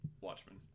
Watchmen